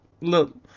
look